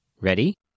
Ready